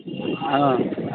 हुँ